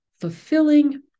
fulfilling